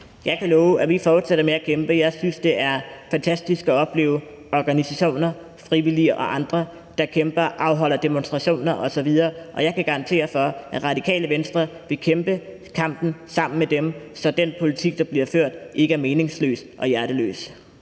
Jeg kan love, at vi fortsætter med at kæmpe. Jeg synes, det er fantastisk at opleve organisationer, frivillige og andre, der kæmper og afholder demonstrationer osv., og jeg kan garantere for, at Radikale Venstre vil kæmpe kampen sammen med dem, så den politik, der bliver ført, ikke er meningsløs og hjerteløs.